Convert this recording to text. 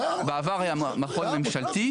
בעבר היה מכון ממשלתי,